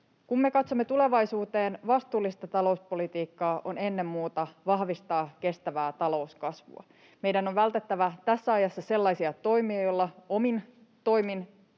Kun me katsomme tulevaisuuteen, vastuullista talouspolitiikkaa on ennen muuta kestävän talouskasvun vahvistaminen. Meidän on vältettävä tässä ajassa sellaisia toimia, joilla omin toimin